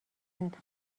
خواست